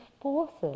forces